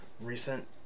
recent